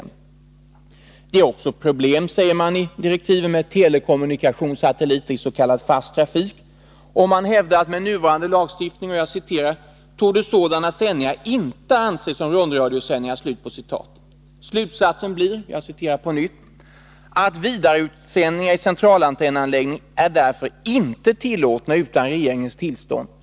För det andra säger man i direktiven att det också är problem med telekommunikationssatelliter i s.k. fast trafik, och man hävdar att med nuvarande lagstiftning ”torde sådana sändningar inte anses som rundradiosändningar”. Slutsatsen blir att ”vidareutsändningar i centralantennanläggning är därför inte tillåtna utan regeringens tillstånd”.